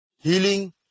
Healing